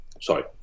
sorry